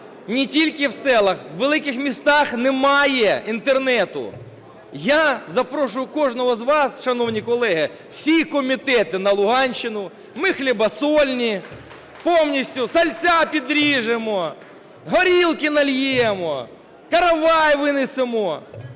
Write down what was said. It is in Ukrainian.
не тільки в селах, у великих містах немає інтернету. Я запрошую кожного з вас, шановні колеги, всі комітети на Луганщину. Ми – хлібосольні повністю: сальця підріжемо, горілки наллємо, каравай винесемо.